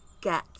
get